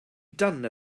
done